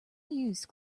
use